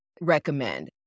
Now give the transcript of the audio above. recommend